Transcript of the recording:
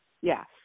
Yes